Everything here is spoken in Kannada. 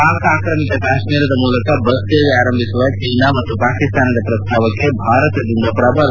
ಪಾಕಿಸ್ತಾನ ಆಕ್ರಮಿತ ಕಾಶ್ಮೀರದ ಮೂಲಕ ಬಸ್ ಸೇವೆ ಆರಂಭಿಸುವ ಚೀನಾ ಮತ್ತು ಪಾಕಿಸ್ತಾನದ ಪ್ರಸ್ತಾವಕ್ಕೆ ಭಾರತದಿಂದ ಪ್ರಬಲ ಪ್ರತಿಭಟನೆ